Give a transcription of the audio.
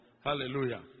Hallelujah